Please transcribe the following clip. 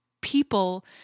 people